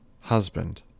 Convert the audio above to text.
husband